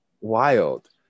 Wild